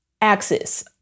axis